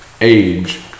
age